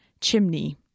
chimney